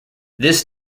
this